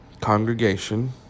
congregation